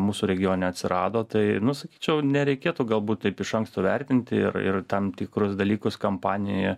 mūsų regione atsirado tai nu sakyčiau nereikėtų galbūt taip iš anksto vertinti ir ir tam tikrus dalykus kampanijoje